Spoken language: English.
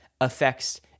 affects